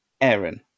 Aaron